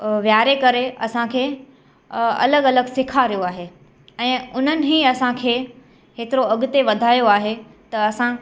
विहारे करे असांखे अलॻि अलॻि सेखारियो आहे ऐं उन्हनि ई असांखे हेतिरो अॻिते वधायो आहे त असां